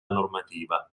normativa